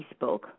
Facebook